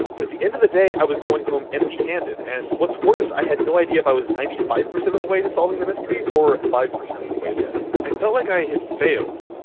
but at the end of the day, i was going home empty-handed. and, what's worse, i had no idea if i was ninety five percent of the way to solving the mystery or five percent of the way there. i felt like i had failed.